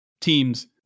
teams